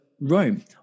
Rome